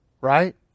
right